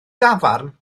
dafarn